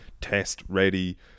test-ready